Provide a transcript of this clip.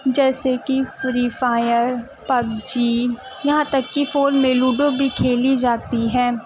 جیسے کہ Free Fire PUBG یہاں تک کہ فون میں لوڈو بھی کھیلی جاتی ہیں